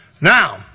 now